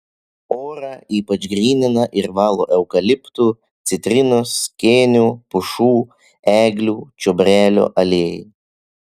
orą ypač grynina ir valo eukaliptų citrinos kėnių pušų eglių čiobrelio aliejai